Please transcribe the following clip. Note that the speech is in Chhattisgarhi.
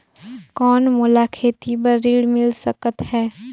कौन मोला खेती बर ऋण मिल सकत है?